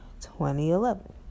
2011